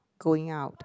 going out